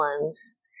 ones